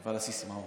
אבל הסיסמאות,